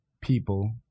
people